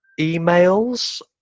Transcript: emails